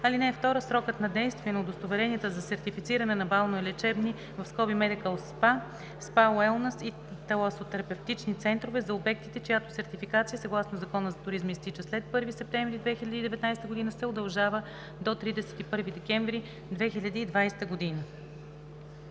г. (2) Срокът на действие на удостоверенията за сертифициране на балнеолечебни (медикъл СПА), СПА, уелнес и таласотерапевтични центрове, за обектите чиято сертификация съгласно Закона за туризма изтича след 1 септември 2019 г., се удължава до 31 декември 2020 г.“